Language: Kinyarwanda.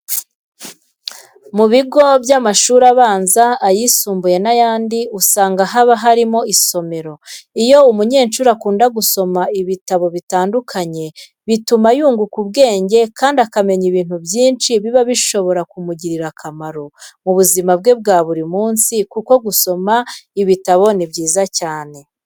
Mu bigo by'amashuri abanza, ayisumbuye n'ayandi usanga haba harimo isomero. Iyo umunyeshuri akunda gusoma ibitabo bitandukanye bituma yunguka ubwenge kandi akamenya ibintu byinshi biba bishobora kumugirira akamaro mu buzima bwe bwa buri munsi kuko gusoma ibitabo ni byiza cyane.